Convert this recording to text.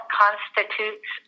constitutes